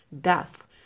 death